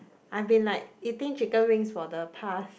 I've been like eating chicken wings for the past